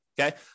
Okay